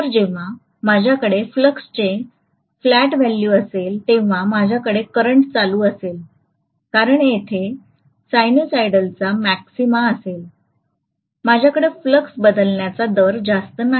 तर जेव्हा माझ्याकडे फ्लक्सचे फ्लॅट व्हॅल्यू असेल तेव्हा माझ्याकडे करंट चालू असेल कारण येथे साइनसॉइडचा मॅक्सिमा असेल माझ्याकडे फ्लक्स बदलण्याचा दर जास्त नाही